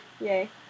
Yay